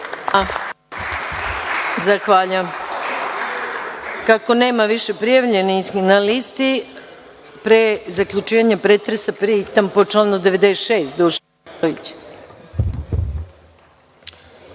Zahvaljujem. Kako nema više prijavljenih na listi, pre zaključivanja pretresa, pitam po članu 96?